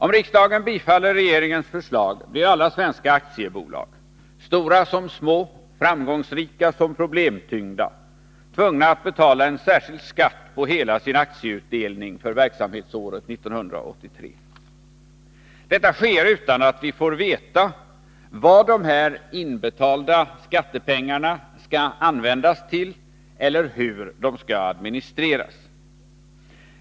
Om riksdagen bifaller regeringens förslag blir alla svenska aktiebolag — stora som små, framgångsrika som problemtyngda — tvungna att betala en särskild skatt på hela sin aktieutdelning för verksamhetsåret 1983. Detta sker utan att vi får veta vad dessa inbetalda skattepengar skall användas till eller hur de skall administreras.